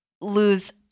lose